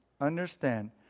understand